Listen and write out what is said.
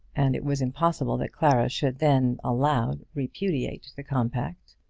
and it was impossible that clara should then, aloud, repudiate the compact.